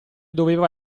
doveva